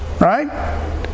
Right